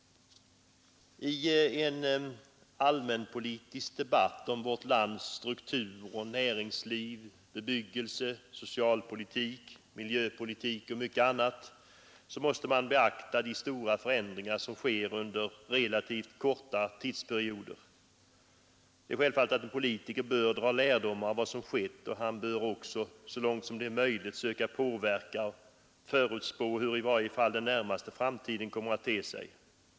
I en allmänpolitisk debatt om vårt lands struktur, näringsliv, bebyggelse, socialpolitik, miljöpolitik, och mycket annat måste man beakta de stora förändringar som sker under relativt korta tidsperioder. Det är självfallet att en politiker bör dra lärdom av vad som skett, och han bör också så långt möjligt söka påverka och förutspå i varje fall den närmaste framtiden.